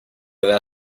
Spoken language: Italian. aveva